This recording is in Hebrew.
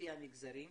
לפי המגזרים,